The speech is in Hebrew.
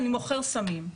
אני מוכר סמים".